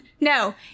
No